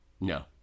no